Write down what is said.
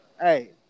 Hey